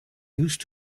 used